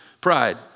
Pride